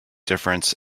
difference